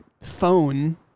phone